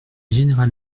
général